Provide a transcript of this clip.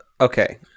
Okay